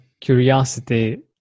curiosity